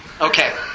Okay